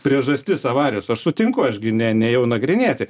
priežastis avarijos aš sutinku aš gi ne nėjau nagrinėti